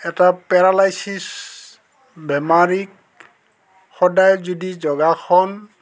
এটা পেৰালাইচিছ বেমাৰীক সদায় যদি যোগাসন